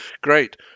Great